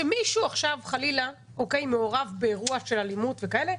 כשמישהו עכשיו חלילה מעורב באירוע של אלימות וכאלה,